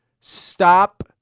Stop